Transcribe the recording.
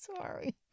Sorry